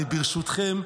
ברשותכם,